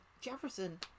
Jefferson